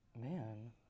Man